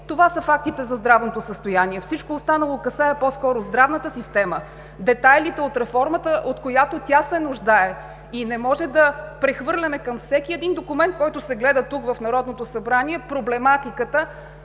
Това са фактите за здравното състояние. Всичко останало касае по-скоро здравната система, детайлите от реформата, от която тя се нуждае. Не може да прехвърляме към всеки един документ, който се гледа тук, в Народно събрание, проблематиката